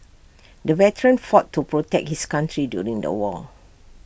the veteran fought to protect his country during the war